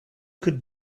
could